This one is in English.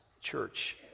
church